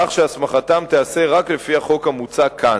כך שהסמכתם תיעשה רק לפי החוק המוצע כאן.